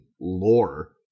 lore